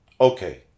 okay